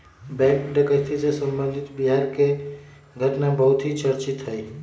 bank डकैती से संबंधित बिहार के घटना बहुत ही चर्चित हई